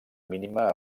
mínima